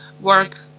work